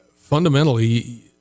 fundamentally